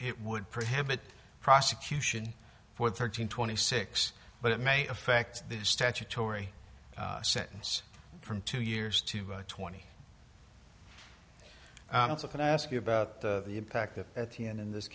it would prohibit prosecution for thirteen twenty six but it may affect the statutory sentence from two years to twenty so can i ask you about the impact of at the end in this